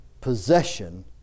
possession